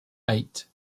eight